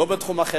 לא בתחום החברתי,